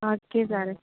okay സാറേ